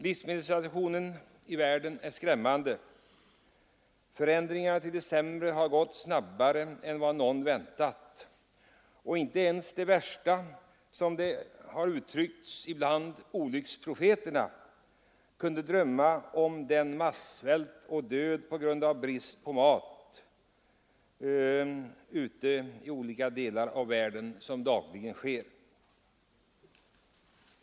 Livsmedelssituationen i världen är skrämmande. Förändringarna till det sämre har gått snabbare än vad någon väntat. Inte ens — som det har uttryckts ibland — de värsta olycksprofeterna kunde drömma om den massvält och den död på grund av brist på mat ute i olika delar av världen som dagligen är ett faktum.